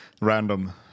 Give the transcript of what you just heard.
random